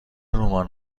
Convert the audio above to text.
رمان